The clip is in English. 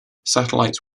satellites